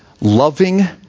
loving